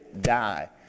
die